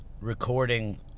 recording